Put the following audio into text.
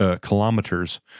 kilometers